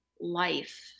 life